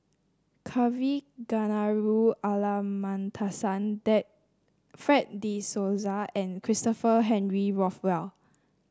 Kavignareru Fred De Souza and Christopher Henry Rothwell